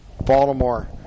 Baltimore